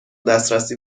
دسترسی